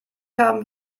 haben